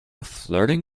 flirting